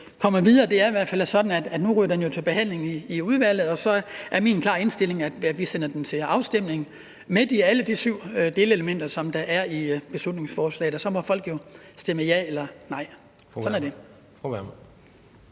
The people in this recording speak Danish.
er det i hvert fald sådan, at det nu ryger til behandling i udvalget, og så er min klare indstilling, at vi sender det til afstemning med alle de syv delelementer, som der er i beslutningsforslaget, og så må folk jo stemme ja eller nej. Sådan er det.